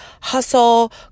hustle